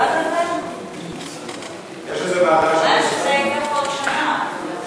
הבעיה היא שזה ייקח עוד שנה.